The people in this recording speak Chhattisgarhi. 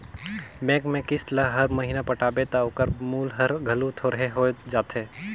बेंक में किस्त ल हर महिना पटाबे ता ओकर मूल हर घलो थोरहें होत जाथे